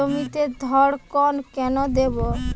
জমিতে ধড়কন কেন দেবো?